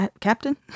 captain